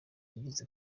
yagize